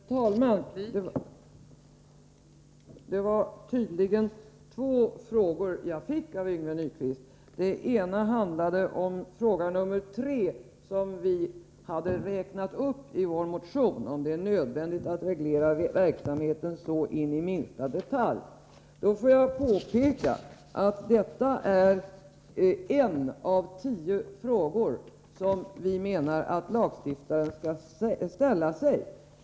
Fru talman! Det var tydligen två frågor som jag fick av Yngve Nyquist. Den ena handlade om fråga nr 3 bland de tio frågor som vi räknar upp i vår motion: ”Är det nödvändigt att reglera verksamheten så in i minsta detalj?” Jag vill påpeka att detta alltså är en av tio frågor som vi anser att lagstiftaren skall ställa sig.